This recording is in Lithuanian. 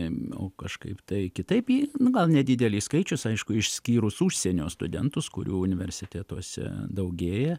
ėmiau kažkaip tai kitaip ji na gal nedidelis skaičius aišku išskyrus užsienio studentus kurių universitetuose daugėja